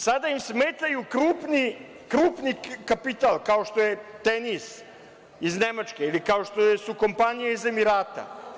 Sada im smeta krupni kapital, kao što je „Tenis“ iz Nemačke ili kao što su kompanije iz Emirata.